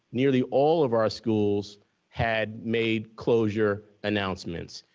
nearly all of our schools had made closure announcements.